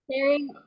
sharing